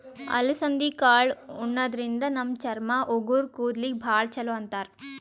ಅಲಸಂದಿ ಕಾಳ್ ಉಣಾದ್ರಿನ್ದ ನಮ್ ಚರ್ಮ, ಉಗುರ್, ಕೂದಲಿಗ್ ಭಾಳ್ ಛಲೋ ಅಂತಾರ್